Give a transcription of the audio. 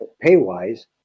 pay-wise